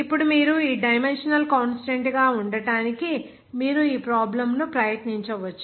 ఇప్పుడు మీరు ఈ డైమెన్షనల్ కాన్స్టాంట్ గా ఉండటానికి మీరు ఈ ప్రాబ్లం ను ప్రయత్నించవచ్చు